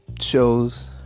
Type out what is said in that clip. shows